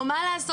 או מה לעשות,